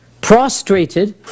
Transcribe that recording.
prostrated